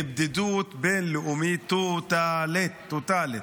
לבדידות בין-לאומית טוטלית,